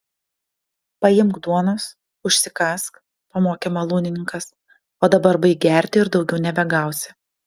paimk duonos užsikąsk pamokė malūnininkas o dabar baik gerti ir daugiau nebegausi